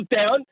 down